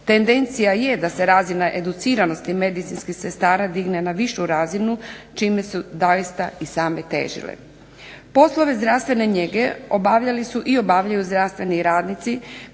Tendencija je da se razina educiranosti medicinskih sestara digne na višu razinu čime su doista i same težile. Poslove zdravstvene njege obavljali su i obavljaju zdravstveni radnici